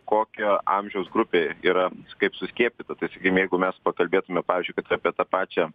kokia amžiaus grupė yra kaip suskiepyta tai sakykim jeigu mes pakalbėtume pavyzdžiui kad ir apie tą pačią